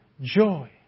joy